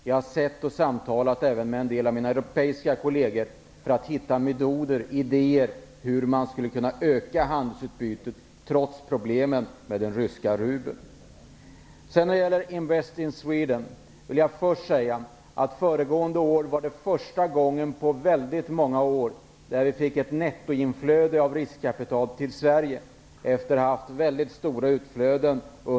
Jag har samtalat även med en del av mina europeiska kolleger för att hitta metoder för och idéer om hur vi skulle kunna öka handelsutbytet trots problemen med den ryska rubeln. Föregående år fick vi, efter att på 80-talet och början på 90-talet ha haft mycket stora utflöden, för första gången ett nettoinflöde av riskkapital till Sverige.